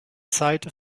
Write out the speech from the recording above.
seite